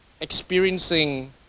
experiencing